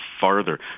farther